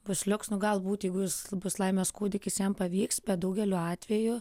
bus liuks nu galbūt jeigu jūs bus laimės kūdikis jam pavyks bet daugeliu atvejų